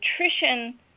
nutrition